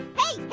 hey! hey,